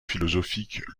philosophique